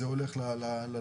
זה הולך ללוחמים.